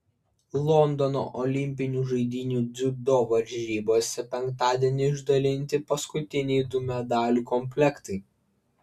londono olimpinių žaidynių dziudo varžybose penktadienį išdalinti paskutiniai du medalių komplektai